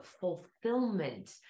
fulfillment